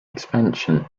expansion